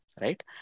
right